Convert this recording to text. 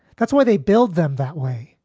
that's why they build them that way.